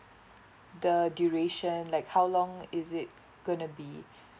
the duration like how long is it going to be